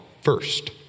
first